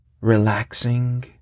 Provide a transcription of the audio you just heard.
relaxing